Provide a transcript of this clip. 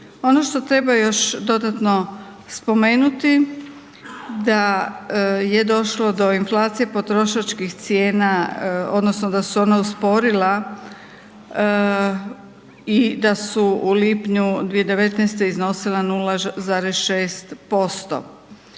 Ono što treba još dodatno spomenuti da je došlo do inflacije potrošačkih cijena odnosno da su ona usporila i da su u lipnju 2019. iznosila 0,6%